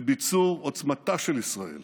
בביצור עוצמתה של ישראל